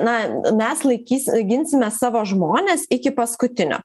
na mes laikys ginsime savo žmones iki paskutinio